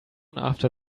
after